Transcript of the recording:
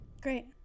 Great